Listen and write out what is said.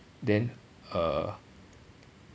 then err